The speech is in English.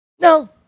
No